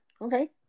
Okay